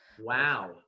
wow